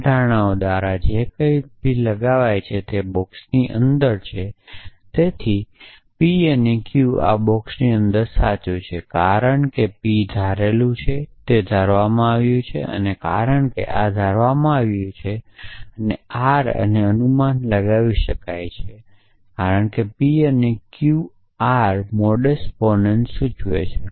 આ ધારણાઓ દ્વારા જે કંઇપણ લગાવાયેલ છે તે બોક્સની અંદર છે તેથી p અને q આ બોક્સની અંદર સાચું છે કારણ કે p ધારેલું છે તે ધારવામાં આવ્યું છે અને કારણ કે આ ધારવામાં આવ્યું છે કે r અને અનુમાન લગાવી શકાય છે કારણ કે p અને q r મોડસ પોનેન સૂચવે છે